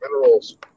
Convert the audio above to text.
minerals